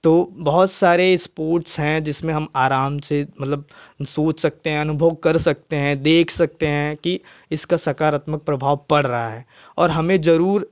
तो बहुत सारे स्पोर्ट्स हैं जिसमें हम आराम से मतलब सोच सकते हैं अनुभव कर सकते हैं देख सकते हैं की इसका सकारात्मक प्रभाव पड़ रहा है और हमें ज़रूर